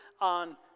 on